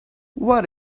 what